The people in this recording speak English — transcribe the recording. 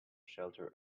shelter